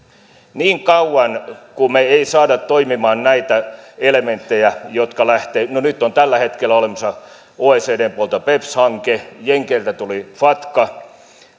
niin kauan kuin me emme saa toimimaan näitä elementtejä jotka lähtevät no tällä hetkellä on olemassa oecdn puolelta beps hanke jenkeiltä tuli fatca